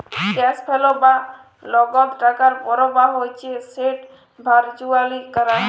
cash flow বা লগদ টাকার পরবাহ হচ্যে যেট ভারচুয়ালি ক্যরা হ্যয়